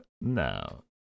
No